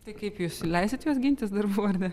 tai kaip jūs leisit juos gintis darbų ar ne